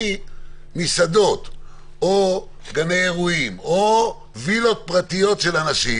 מסעדות או גני אירועים או וילות פרטיות של אנשים,